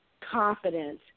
confidence